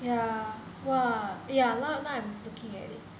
ya !wah! ya now now I'm looking at it